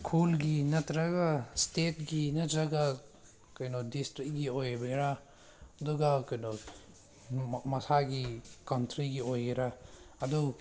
ꯈꯨꯜꯒꯤ ꯅꯠꯇ꯭ꯔꯒ ꯏꯁꯇꯦꯠꯀꯤ ꯅꯠꯇ꯭ꯔꯒ ꯀꯩꯅꯣ ꯗꯤꯁꯇ꯭ꯔꯤꯛꯀꯤ ꯑꯣꯏꯕꯩꯔꯥ ꯑꯗꯨꯒ ꯀꯩꯅꯣ ꯃꯁꯥꯒꯤ ꯀꯟꯇ꯭ꯔꯤꯒꯤ ꯑꯣꯏꯒꯦꯔꯥ ꯑꯗꯨ